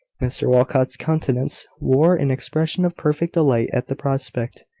mr walcot's countenance wore an expression of perfect delight at the prospect,